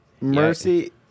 Mercy